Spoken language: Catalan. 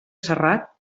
serrat